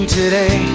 today